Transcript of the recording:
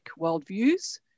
worldviews